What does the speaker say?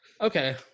Okay